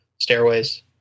Stairways